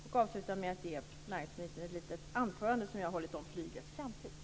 Jag avslutar med att ge näringsministern ett litet anförande som jag har hållit om flygets framtid.